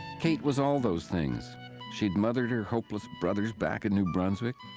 kate was all those things she'd mothered her hopeless brothers back in new brunswick,